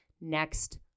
next